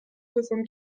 soixante